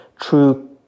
true